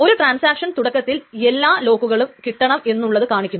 ഒരു ട്രാൻസാക്ഷൻ തുടക്കത്തിൽ എല്ലാ ലോക്കുകളും കിട്ടണം എന്നുള്ളത് കാണിക്കുന്നു